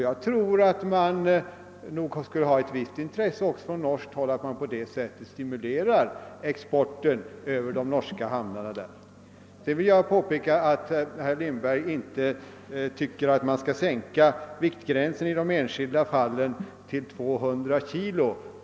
Jag tror att man också på norskt håll skulle ha ett visst intresse av att man på det sättet stimulerade exporten över de norska hamnarna. Vidare vill jag påpeka att herr Lindberg inte tycker att man skall sänka viktgränsen i de enskilda fallen till 200 kilo.